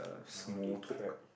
uh small talk